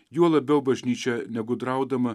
juo labiau bažnyčia negudraudama